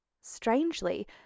Strangely